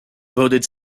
voted